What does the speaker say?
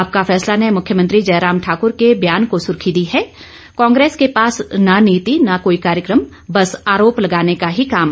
आपका फैसला ने मुख्यमंत्री जयराम ठाक्र के बयान को सुर्खी दी है कांग्रेस के पास ना नीति ना कोई कार्यक्रम बस आरोप लगाने का ही काम